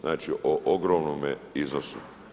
Znači o ogromnome iznosu.